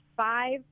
five